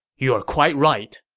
you're quite right.